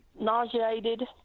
nauseated